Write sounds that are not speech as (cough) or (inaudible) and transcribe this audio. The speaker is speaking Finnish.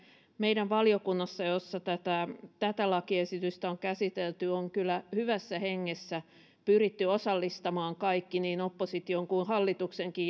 meidän valiokunnassa jossa tätä tätä lakiesitystä on käsitelty on kyllä hyvässä hengessä pyritty osallistamaan kaikki niin opposition kuin hallituksenkin (unintelligible)